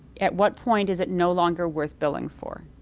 at what point is it no longer worth building for?